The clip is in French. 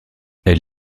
elle